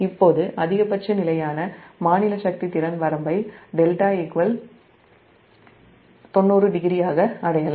இப்போது அதிகபட்ச நிலையான மாநில சக்தி திறன் வரம்பை δ 900 ஆக அடையலாம்